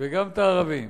גם את הערבים